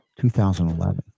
2011